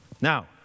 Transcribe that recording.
Now